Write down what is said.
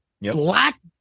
Black